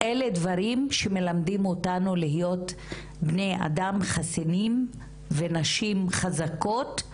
אלה דברים שמלמדים אותנו להיות בני אדם חסינים ונשים חזקות,